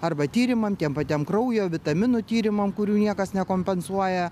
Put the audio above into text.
arba tyrimam tiem patiem kraujo vitaminų tyrimam kurių niekas nekompensuoja